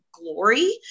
Glory